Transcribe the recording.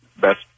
best